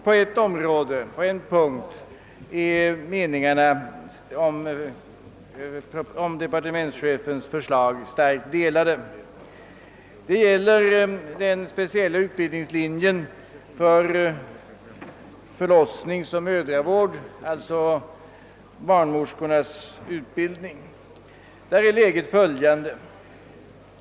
På en punkt är dock meningarna om departementschefens förslag starkt delade, nämligen när det gäller den Speciella — utbildningslinjen för = förlossningsoch mödravård, alltså barnmorskornas utbildning.